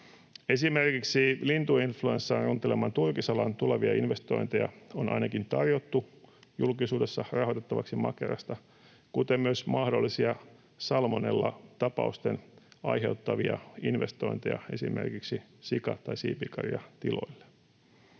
Esimerkiksi lintuinfluenssan runteleman turkisalan tulevia investointeja on ainakin tarjottu julkisuudessa rahoitettavaksi Makerasta, kuten myös mahdollisia salmonellatapausten aiheuttamia investointeja esimerkiksi sika- tai siipikarjatiloille.